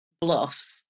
bluffs